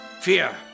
Fear